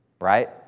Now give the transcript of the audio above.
right